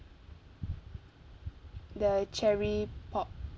the cherry pop